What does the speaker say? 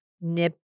nip